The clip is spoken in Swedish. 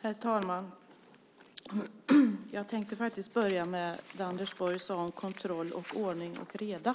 Herr talman! Jag tänkte faktiskt börja med det Anders Borg sade om kontroll, om ordning och reda